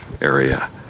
area